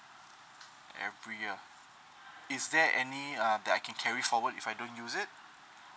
every year is there any uh that I can carry forward if I don't use it